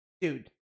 Dude